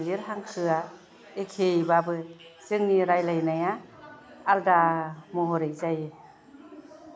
जोंनि हिन्दी हांखोआ एखेयैबाबो जोंनि रायलायनाया आलदा महरै जायो